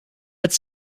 het